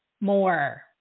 more